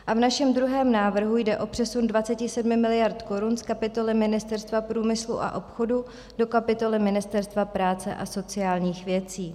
V našem druhém návrhu jde o přesun 27 mld. korun z kapitoly Ministerstva průmyslu a obchodu do kapitoly Ministerstva práce a sociálních věcí.